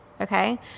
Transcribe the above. okay